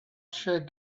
should